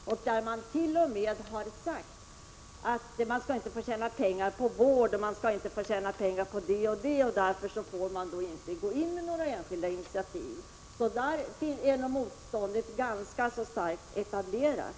Socialdemokraterna har t.o.m. sagt att människor inte skall få tjäna pengar på vård, man skall inte få tjäna pengar på det eller det — och därför får man inte gå in med enskilda initiativ. Motståndet på dessa punkter är nog ganska starkt etablerat.